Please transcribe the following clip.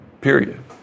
Period